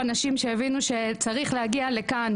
שהבינו שצריך להגיע לכאן,